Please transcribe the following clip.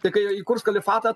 tik kai įkurs kalifatą